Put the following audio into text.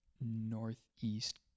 northeast